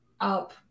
up